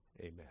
amen